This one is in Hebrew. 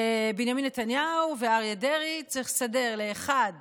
בנימין נתניהו ואריה דרעי, צריך לסדר לאחד